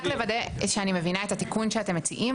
רק לוודא שאני מבינה את התיקון שאתם מציעים,